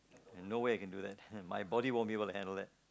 and no way I can to that my body won't be able to handle it